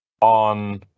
on